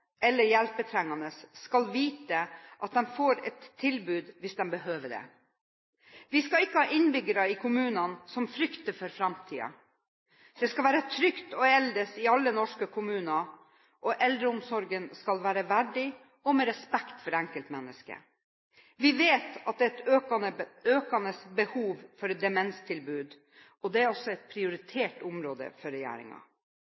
eller hjelpetrengende skal vite at de får et tilbud hvis de behøver det. Vi skal ikke ha innbyggere i kommunene som frykter for framtiden. Det skal være trygt å eldes i alle norske kommuner, og eldreomsorgen skal være verdig og med respekt for enkeltmennesket. Vi vet at det er et økende behov for demenstilbud, og det er også et